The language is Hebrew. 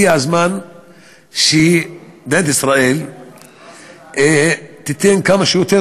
הגיע הזמן שמדינת ישראל תיתן כמה שיותר